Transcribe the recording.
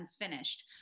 unfinished